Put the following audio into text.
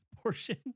portion